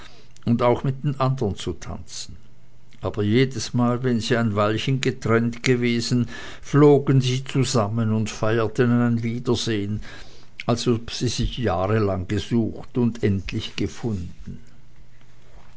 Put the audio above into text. und auch mit andern zu tanzen aber jedesmal wenn sie ein weilchen getrennt gewesen flogen sie zusammen und feierten ein wiedersehen als ob sie sich jahrelang gesucht und endlich gefunden